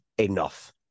enough